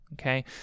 okay